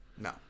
No